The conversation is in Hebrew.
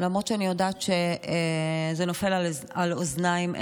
למרות שאני יודעת שזה נופל על אוזניים ערלות,